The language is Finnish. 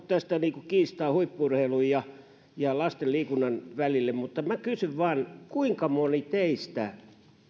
tästä kiistaa huippu urheilun ja lasten liikunnan välille mutta minä kysyn vain kuinka moni teistä